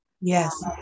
Yes